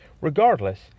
Regardless